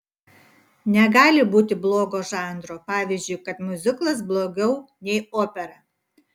negali būti blogo žanro pavyzdžiui kad miuziklas blogiau nei opera